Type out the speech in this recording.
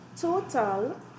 total